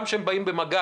גם כשהם באים במגע.